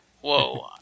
Whoa